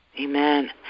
Amen